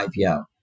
IPO